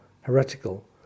heretical